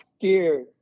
scared